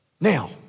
Now